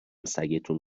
سگتون